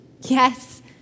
yes